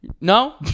no